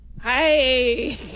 Hi